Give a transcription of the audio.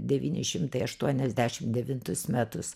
devyni šimtai aštuoniasdešim devintus metus